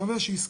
מקווה שאזכור.